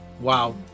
wow